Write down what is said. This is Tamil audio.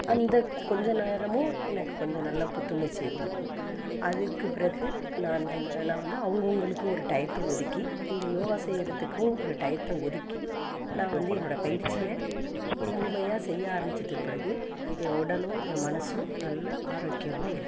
அந்த கொஞ்சம் நேரமும் எனக்கு கொஞ்சம் நல்லா புத்துணர்ச்சியைக் கொடுக்கும் அதுக்குப் பிறகு நான் வந்து நான் வந்து அவங்கவுங்களுக்கு ஒரு டையத்தை ஒதுக்கி இந்த யோகா செய்கிறதுக்கும் ஒரு டையத்தை ஒதுக்கி நான் வந்து என்னோடய பயிற்சியை முழுமையா செய்ய ஆரம்மிச்சதுக்கு பிறகு என் உடலும் என் மனசும் நல்லா ஆரோக்கியமாக இருக்குது